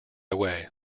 away